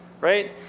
right